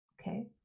okay